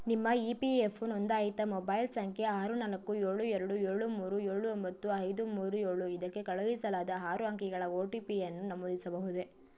ನಿಮ್ಮ E P F O ನೋಂದಾಯಿತ mobile ಸಂಖ್ಯೆ ಆರು ನಾಲ್ಕು ಏಳು ಎರಡು ಏಳು ಮೂರು ಏಳು ಒಂಬತ್ತು ಐದು ಮೂರು ಏಳು ಇದಕ್ಕೆ ಕಳುಹಿಸಲಾದ ಆರು ಅಂಕಿಗಳ ಒ ಟಿ ಪಿಯನ್ನು ನಮೂದಿಸಬಹುದೆ